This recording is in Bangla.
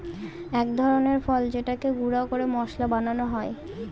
এক ধরনের ফল যেটাকে গুঁড়া করে মশলা বানানো হয়